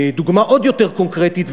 דוגמה עוד יותר קונקרטית,